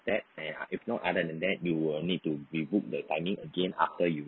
that and uh if not other than that you will need to rebook the timing again after you